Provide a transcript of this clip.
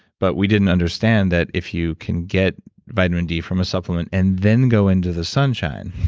but we didn't understand that if you can get vitamin d from a supplement and then go into the sunshine,